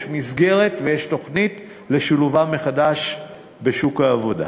יש מסגרת ויש תוכנית לשילובם מחדש בשוק העבודה.